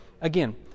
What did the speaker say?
again